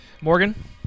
Morgan